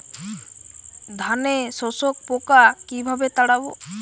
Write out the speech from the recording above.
ধানে শোষক পোকা কিভাবে তাড়াব?